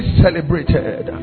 celebrated